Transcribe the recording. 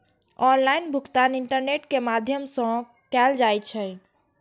online भुगतान internet के माध्यम सं कैल जाइ छै